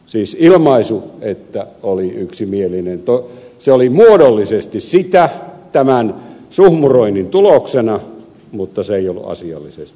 siis ilmaisu että oli yksimielinen se oli muodollisesti sitä tämän suhmuroinnin tuloksena mutta se ei ollut asiallisesti sitä